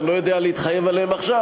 אני לא יודע להתחייב עליהן עכשיו,